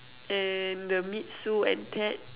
and the meet Sue and Ted